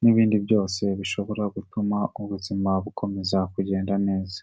n'ibindi byose bishobora gutuma ubuzima bukomeza kugenda neza.